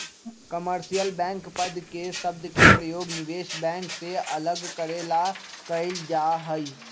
commercial bank पद के शब्द के प्रयोग निवेश बैंक से अलग करे ला कइल जा हई